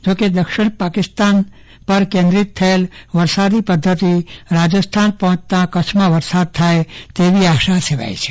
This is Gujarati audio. જોકે દક્ષિણ પાકિસ્તાન પર કેન્દ્રીત થયેલ વરસાદી પધ્ધતિ રાજસ્થાન પહોંચતા કચ્છમાં વરસાદ થાય તેવી આશા છે